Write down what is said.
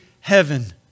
heaven